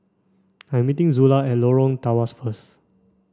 I'm meeting Zula at Lorong Tawas first